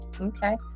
Okay